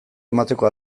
emateko